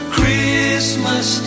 Christmas